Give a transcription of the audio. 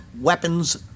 weapons